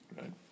Right